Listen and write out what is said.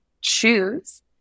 choose